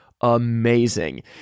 amazing